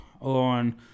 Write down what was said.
on –